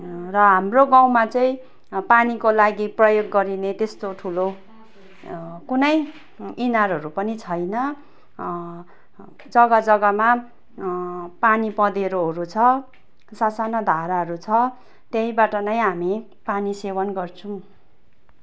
र हाम्रो गाउँमा चाहिँ पानीको लागि प्रयोग गरिने त्यस्तो ठुलो कुनै इनारहरू पनि छैन जग्गा जग्गामा पानी पँधेरोहरू छ स साना धाराहरू छ त्यहीँबाट नै हामी पानी सेवन गर्छौँ